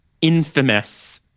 infamous